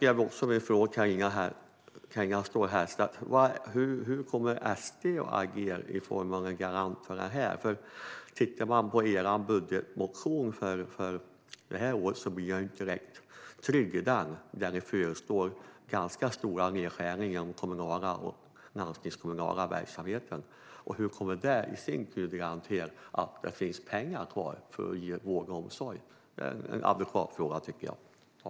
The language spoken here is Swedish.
Jag skulle vilja fråga dig hur SD kommer att agera för att garantera detta, Carina Ståhl Herrstedt. När jag tittar på er budgetmotion för detta år blir jag nämligen inte direkt trygg. Ni föreslår ganska stora nedskärningar i kommunala och landstingskommunala verksamheter. Hur kommer det i sin tur att garantera att det finns pengar kvar för att ge vård och omsorg? Det tycker jag är en adekvat fråga, fru talman.